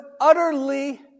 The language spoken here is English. utterly